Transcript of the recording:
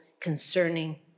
concerning